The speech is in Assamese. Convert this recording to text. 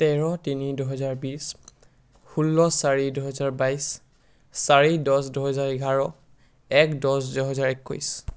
তেৰ তিনি দুহেজাৰ বিশ ষোল্ল চাৰি দুহেজাৰ বাইছ চাৰি দহ দুহেজাৰ এঘাৰ এক দহ দুহেজাৰ একৈছ